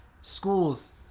schools